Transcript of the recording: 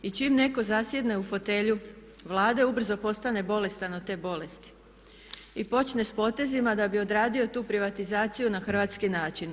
I čim netko zasjedne u fotelju Vlade ubrzo postane bolestan od te bolesti i počne sa potezima da bi odradio tu privatizaciju na hrvatski način.